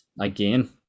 again